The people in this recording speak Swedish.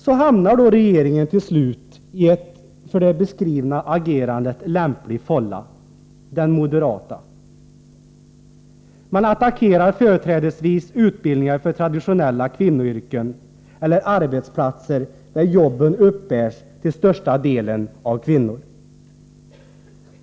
Så hamnar då regeringen till slut i en för det beskrivna agerandet lämplig fålla — den moderata. Man attackerar företrädesvis utbildningar för traditionella kvinnoyrken eller arbetsplatser där jobben uppbärs till största delen av kvinnor.